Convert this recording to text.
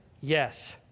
Yes